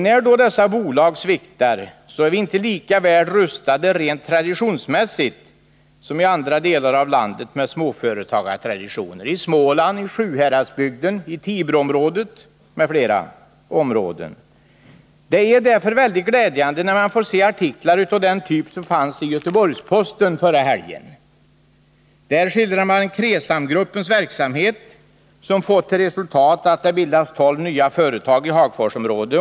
När då dessa bolag sviktar, står vi inte lika väl rustade rent traditionsmässigt som andra delar av landet med småföretagartraditioner. Jag kan som exempel nämna Småland, Sjuhäradsbygden och Tibroområdet. Det är därför mycket glädjande att läsa artiklar av den typ som förra helgen fanns i Göteborgs-Posten. Där skildras KRESAM-gruppens verksamhet, som fått till resultat att det bildats tolv nya företag i Hagforsområdet.